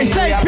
Say